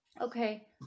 okay